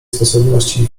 sposobności